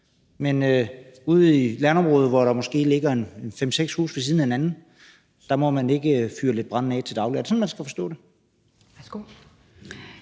men ude i et landområde, hvor der måske ligger 5-6 huske ved siden af hinanden, må man ikke fyre lidt brænde af til daglig. Er det sådan, man skal forstå det?